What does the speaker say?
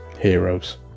heroes